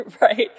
Right